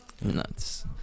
Nuts